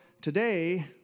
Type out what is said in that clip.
today